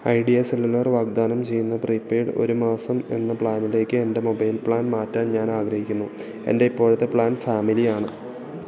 idea Cellular വാഗ്ദാനം ചെയ്യ്ന്ന prepaid ഒരു മാസം എന്ന പ്ലാനിലേക്ക് എൻറ്റെ മൊബൈൽ പ്ലാൻ മാറ്റാൻ ഞാൻ ആഗ്രഹിക്കുന്നു എൻറ്റെ ഇപ്പോഴത്തെ പ്ലാൻ ഫാമിലിയാണ്